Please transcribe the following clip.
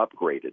upgraded